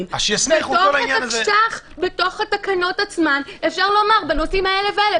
בתוך התקנות עצמן אפשר לומר: בנושאים האלה והאלה,